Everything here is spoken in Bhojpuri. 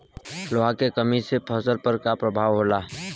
लोहा के कमी से फसल पर का प्रभाव होला?